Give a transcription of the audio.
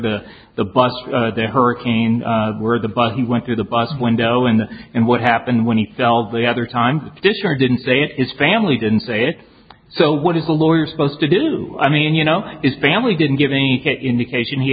the the bus or the hurricane where the bus he went through the bus window and and what happened when he fell the other time this car didn't say it is family didn't say it so what is a lawyer supposed to do i mean you know is family didn't give any indication he